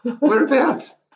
Whereabouts